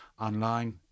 online